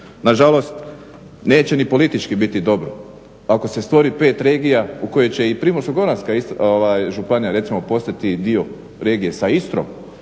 Nažalost neće ni politički biti dobro ako se stvori pet regija u koje će i Primorsko-goranska županija recimo postati dio regije sa Istrom,